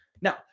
Now